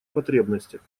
потребностях